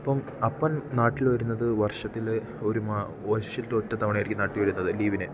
അപ്പം അപ്പൻ നാട്ടിൽ വരുന്നത് വർഷത്തിൽ ഒരു മാസം വർഷത്തിൽ ഒറ്റ തവണ ആയിരിക്കും നാട്ടിൽ വരുന്നത് ലീവിന്